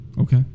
okay